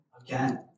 again